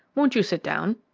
won't you sit down?